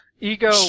ego